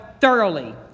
thoroughly